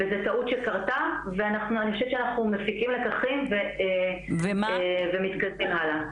וזה טעות שקרתה ואני חושבת שאנחנו מפיקים לקחים ומתקדמים הלאה.